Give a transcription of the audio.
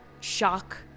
shock